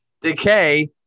Decay